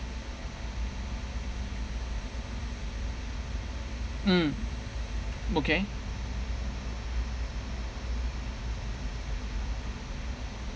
mm okay